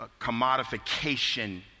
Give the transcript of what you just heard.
commodification